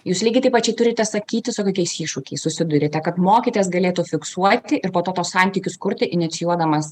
jūs lygiai taip pačiai turite sakyti su kokiais iššūkiais susiduriate kad mokytojas galėtų fiksuoti ir po to tuos santykius kurti inicijuodamas